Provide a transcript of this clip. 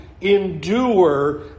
endure